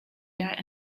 debt